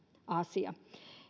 asia